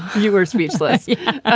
you were speechless. yeah ah